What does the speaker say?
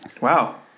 Wow